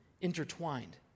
intertwined